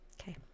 Okay